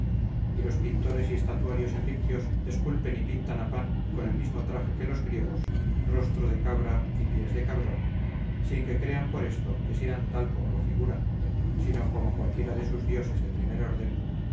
y los pintores y estatuarios egipcios esculpen y pintan a pan con el mismo traje que los griegos rostro de cabra y pies de cabrón sin que crean por esto que sean tal como lo figuran sino como cualquiera de sus dioses de primer orden